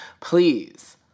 Please